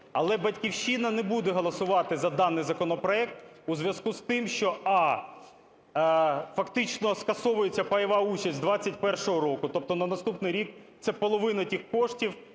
Але "Батьківщина" не буде голосувати за даний законопроект у зв'язку з тим, що а) фактично скасовується пайова участь 21-го року. Тобто на наступний рік це половина тих коштів,